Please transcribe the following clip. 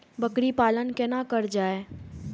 बकरी पालन केना कर जाय?